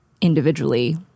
individually